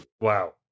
Wow